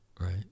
Right